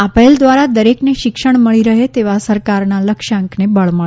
આ પહેલ દ્વારા દરેકને શિક્ષણ મળી રહે તેવા સરકારના લક્ષ્યાંકને બળ મળશે